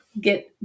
Get